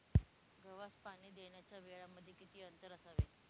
गव्हास पाणी देण्याच्या वेळांमध्ये किती अंतर असावे?